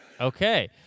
Okay